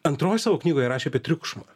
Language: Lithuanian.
antroj savo knygoj rašė apie triukšmą